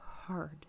hard